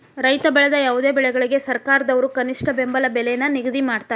ರೈತ ಬೆಳೆದ ಯಾವುದೇ ಬೆಳೆಗಳಿಗೆ ಸರ್ಕಾರದವ್ರು ಕನಿಷ್ಠ ಬೆಂಬಲ ಬೆಲೆ ನ ನಿಗದಿ ಮಾಡಿರ್ತಾರ